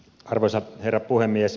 arvoisa herra puhemies